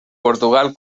portugal